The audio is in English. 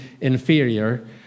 inferior